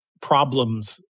problems